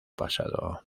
pasado